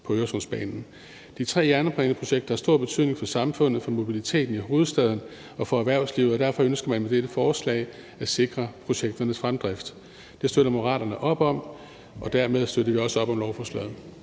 på Øresundsbanen. De tre jernbaneprojekter har stor betydning for samfundet og for mobiliteten i hovedstaden og for erhvervslivet. Derfor ønsker man med dette lovforslag at sikre projekternes fremdrift. Det støtter Moderaterne op om, og dermed støtter vi også op om lovforslaget.